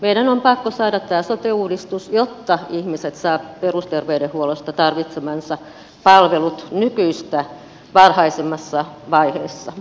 meidän on pakko saada tämä sote uudistus jotta ihmiset saavat perusterveydenhuollosta tarvitsemansa palvelut nykyistä varhaisemmassa vaiheessa